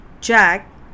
Jack